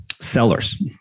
sellers